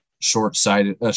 short-sighted